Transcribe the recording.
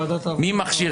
מי מכשיר,